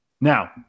Now